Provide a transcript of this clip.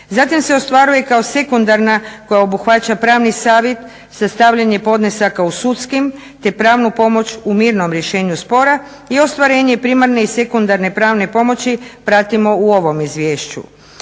Zatim se ostvaruje kao sekundarna koja obuhvaća pravni savjet, sastavljanje podnesaka u sudskim te pravnu pomoć u mirnom rješenju spora i ostvarenje primarne i sekundarne pravne pomoći pratimo u ovom izvješću